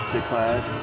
Declared